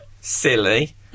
Silly